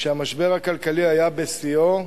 כשהמשבר הכלכלי היה בשיאו,